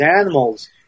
animals